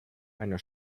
einer